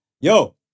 Yo